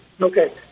Okay